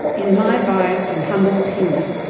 in my biased and humble opinion,